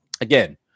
again